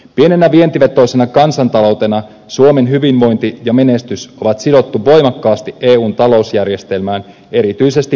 pienenä vientivetoisena kansantaloutena suomen hyvinvointi ja menestys on sidottu voimakkaasti eun talousjärjestelmään erityisesti pankkisektorin osalta